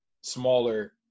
smaller